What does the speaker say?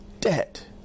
debt